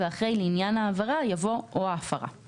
ואחרי "לעניין העבירה" יבוא" או ההפרה";